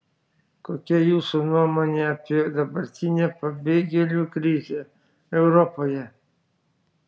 kokia jūsų nuomonė apie dabartinę pabėgėlių krizę europoje